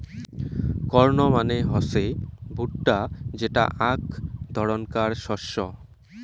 corn মানে হসে ভুট্টা যেটা আক ধরণকার শস্য